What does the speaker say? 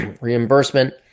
Reimbursement